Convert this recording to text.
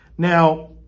Now